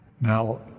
Now